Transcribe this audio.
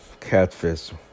Catfish